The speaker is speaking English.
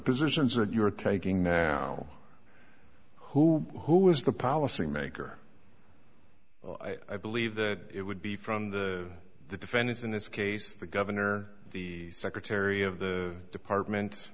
positions that you're taking now who who was the policymaker i believe that it would be from the the defendants in this case the governor the secretary of the department